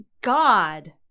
God